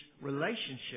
relationship